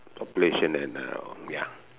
population and uh ya